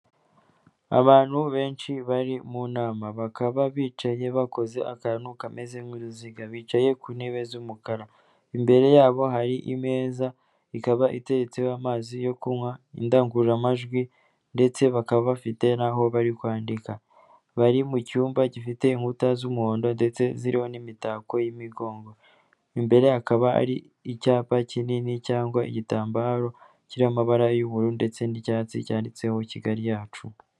Abantu benshi bari mu nama bakaba bicaye bakoze akantu kameze nk'uruziga, bicaye ku ntebe z'umukara. Imbere yabo hari imeza ikaba iteretseho amazi yo kunywa, indangururamajwi ndetse bakaba bafite n'aho bari kwandika. Bari mu cyumba gifite inkuta z'umuhondo ndetse ziriho n'imitako y'imigongo; imbere hakaba hari icyapa kinini cyangwa igitambaro kiriho amabara y'ubururu ndetse n'icyatsi, cyanditseho Kigali yacu.